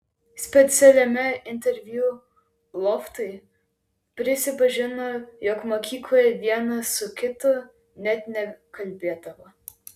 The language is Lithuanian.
specialiame interviu loftui prisipažino jog mokykloje vienas su kitu net nekalbėdavo